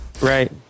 right